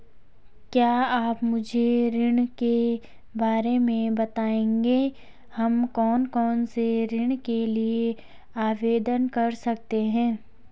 क्या आप मुझे ऋण के बारे में बताएँगे हम कौन कौनसे ऋण के लिए आवेदन कर सकते हैं?